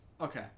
Okay